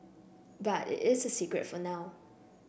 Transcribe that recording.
but it is a secret for now